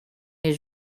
his